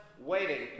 waiting